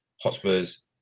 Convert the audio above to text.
Hotspur's